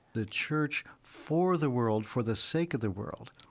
the church, for the world, for the sake of the world.